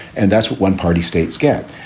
and that's what one party states get.